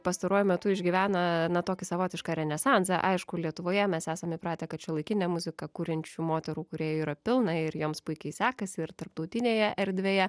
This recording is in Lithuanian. pastaruoju metu išgyvena na tokį savotišką renesansą aišku lietuvoje mes esam įpratę kad šiuolaikinę muziką kuriančių moterų kūrėjų yra pilna ir joms puikiai sekasi ir tarptautinėje erdvėje